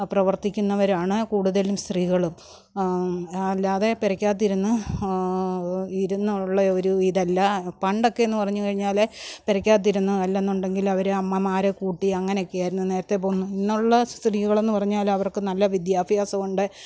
പ്രവർത്തിക്കുന്നവരാണ് കൂടുതലും സ്ത്രീകളും അല്ലാതെ പുറയ്ക്ക് അകത്ത് ഇരുന്ന് ഇരുന്നുള്ള ഒരു ഇതല്ല പണ്ടൊക്കെ എന്ന് പറഞ്ഞ് കഴിഞ്ഞാൽ പുരയ്ക്കകത്ത് ഇരുന്ന് അല്ല എന്നുണ്ടെങ്കിൽ അവർ അമ്മമാരെകൂട്ടി അങ്ങനെയൊക്കെ ആയിരിന്നു നേരത്തെ പോകുന്നത് ഇന്നുള്ള സ്ത്രീകളെന്ന് പറഞ്ഞാൽ അവർക്ക് നല്ല വിദ്യാഭ്യാസമുണ്ട്